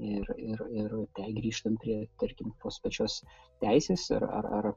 ir ir ir jei grįžtam prie tarkim tos pačios teisės ir ar ar